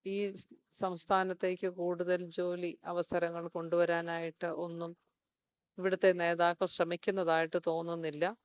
ഈ സംസ്ഥാനത്തേക്ക് കൂടുതൽ ജോലി അവസരങ്ങൾ കൊണ്ടുവരാനായിട്ട് ഒന്നും ഇവിടുത്തെ നേതാക്കൾ ശ്രമിക്കുന്നതായിട്ട് തോന്നുന്നില്ല